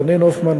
רונן הופמן,